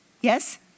Yes